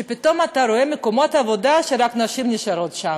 כשפתאום אתה רואה מקומות עבודה שרק נשים נשארות בהם.